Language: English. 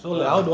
a'ah